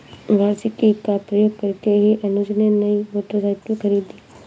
वार्षिकी का प्रयोग करके ही अनुज ने नई मोटरसाइकिल खरीदी